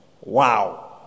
Wow